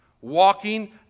walking